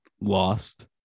lost